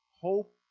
Hope